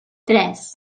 tres